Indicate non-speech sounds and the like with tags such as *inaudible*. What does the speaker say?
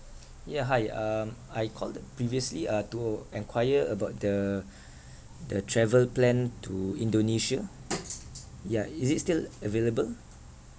yeah hi um I called previously uh to enquire about the *breath* the travel plan to indonesia ya is it still available